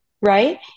right